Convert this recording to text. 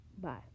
Bye